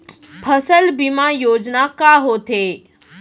फसल बीमा योजना का होथे?